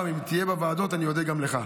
אם תהיה בוועדות, אני אודה גם לך.